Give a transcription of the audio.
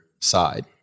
side